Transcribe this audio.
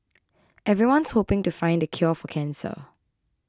everyone's hoping to find the cure for cancer